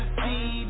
see